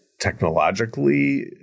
technologically